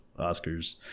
Oscars